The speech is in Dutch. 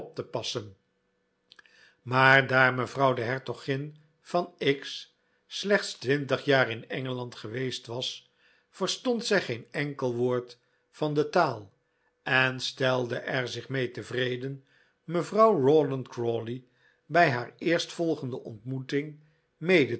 te passen maar daar mevrouw de hertogin van x slechts twintig jaar in engeland geweest was verstond zij geen enkel woord van de taal en stelde er zich mee tevreden mevrouw rawdon crawley bij haar eerstvolgende ontmoeting mede